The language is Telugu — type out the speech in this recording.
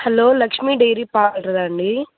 హలో లక్ష్మీ డైరీ పార్లరా అండి